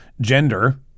gender